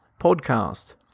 Podcast